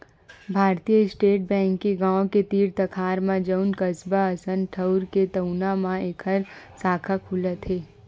भारतीय state bank के गाँव के तीर तखार म जउन कस्बा असन ठउर हे तउनो म एखर साखा खुलत हे